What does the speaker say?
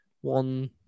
one